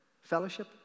fellowship